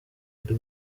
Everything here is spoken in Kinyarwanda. dubai